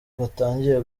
batangiye